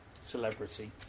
celebrity